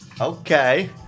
Okay